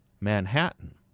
Manhattan